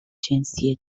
جنسی